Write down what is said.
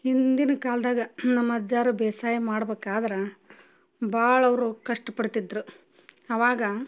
ಹಿಂದಿನ ಕಾಲದಾಗ ನಮ್ಮ ಅಜ್ಜಾರು ಬೇಸಾಯ ಮಾಡ್ಬೇಕಾದ್ರೆ ಭಾಳ ಅವರು ಕಷ್ಟ ಪಡ್ತಿದ್ದರು ಆವಾಗ